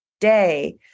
day